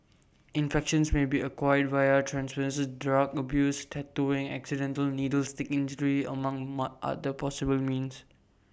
infections may be acquired via drug abuse tattooing accidental needle stick injury among mud other possible means